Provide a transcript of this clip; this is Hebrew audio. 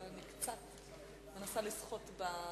אבל אני קצת מנסה לשחות.